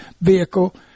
vehicle